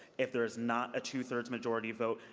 if there's not a two-thirds majority vote,